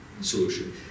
solution